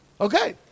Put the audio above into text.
Okay